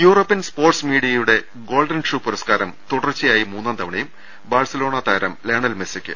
European sports മീഡിയയുടെ golden shoe പുരസ്കാരം തുടർച്ചയായി മൂന്നാം തവണയും ബാഴ്സലോണ താരം ലയണൽ മെസ്റ്റിക്ക്